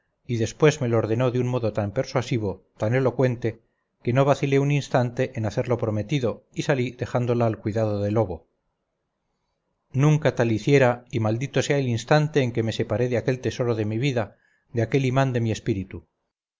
y después me lo ordenó de un modo tan persuasivo tan elocuente que no vacilé un instante en hacer lo prometido y salí dejándola al cuidado de lobo nunca tal hiciera y maldito sea el instante en que me separé de aquel tesoro de mi vida de aquel imán de mi espíritu